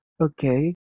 Okay